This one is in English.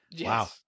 Wow